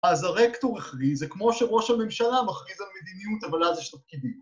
אז הרקטור הכריז, זה כמו שראש הממשלה מכריז על מדיניות, אבל אז יש תפקידים.